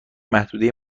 محدوده